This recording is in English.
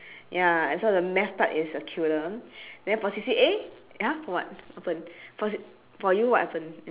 ya I saw the math part is a killer then for C_C_A !huh! what what happened for c~ for you what happened